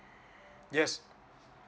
yes